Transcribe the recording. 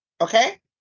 Okay